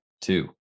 two